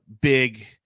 big